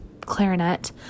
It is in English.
clarinet